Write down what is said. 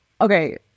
Okay